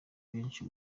benshi